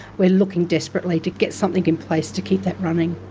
we're looking desperately to get something in place to keep that running.